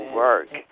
work